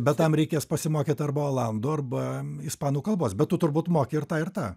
bet tam reikės pasimokyti arba olandų arba ispanų kalbos bet tu turbūt moki ir tą ir tą